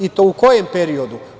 I to u kom periodu?